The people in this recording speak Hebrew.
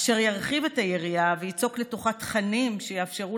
אשר ירחיב את היריעה ויצוק לתוכה תכנים שיאפשרו